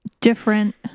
different